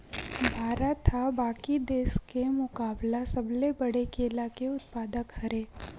भारत हा बाकि देस के मुकाबला सबले बड़े केला के उत्पादक हरे